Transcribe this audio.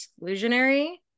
exclusionary